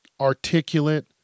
articulate